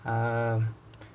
uh